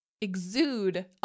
exude